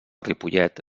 ripollet